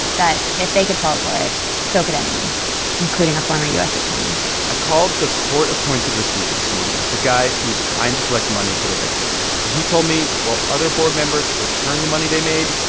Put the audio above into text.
that if they could fall for it, so could anyone including a former u s. attorney i called the court-appointed receiver this morning, the guy who's trying to collect money for the victims. and he told me while other board members have returned the money they made,